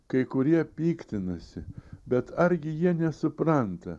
kai kurie piktinasi bet argi jie nesupranta